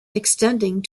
extending